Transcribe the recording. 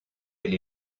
elle